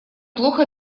плохо